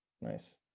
Nice